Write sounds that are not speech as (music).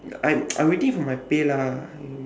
I (noise) i'm waiting for my pay lah